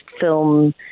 film